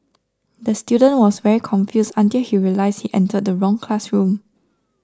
the student was very confused until he realised he entered the wrong classroom